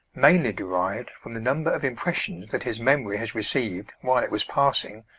mainly derived from the number of impressions that his memory has received while it was passing,